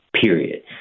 Period